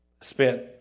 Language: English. spent